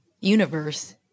universe